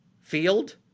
field